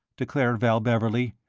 declared val beverley,